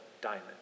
diamond